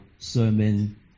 sermon